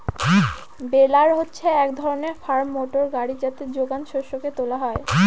বেলার হচ্ছে এক ধরনের ফার্ম মোটর গাড়ি যাতে যোগান শস্যকে তোলা হয়